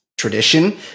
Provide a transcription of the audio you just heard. tradition